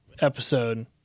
episode